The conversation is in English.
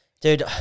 Dude